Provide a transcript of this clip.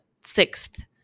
sixth